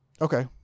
okay